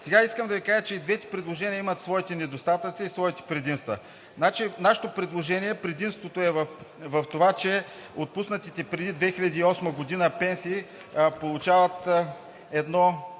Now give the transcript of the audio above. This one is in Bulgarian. Сега искам да Ви кажа, че и двете предложения имат своите недостатъци и своите предимства. Предимството на нашето предложение е в това, че отпуснатите преди 2008 г. пенсии получават едно